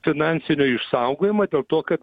finansinio išsaugojimą dėl to kad